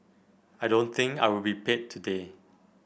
I don't think I will be paid today